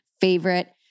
favorite